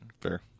Fair